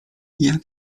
jak